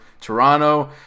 Toronto